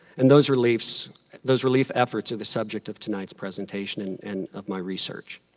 and those relief so those relief efforts are the subject of tonight's presentation and and of my research.